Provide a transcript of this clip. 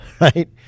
right